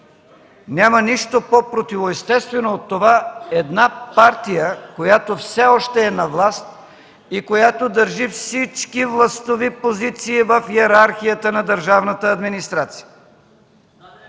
Няма нищо по-противоестествено от това една партия, която все още е на власт и държи всички властови позиции в йерархията на държавната администрация…